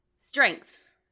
strengths